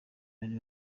bari